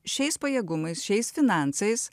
šiais pajėgumais šiais finansais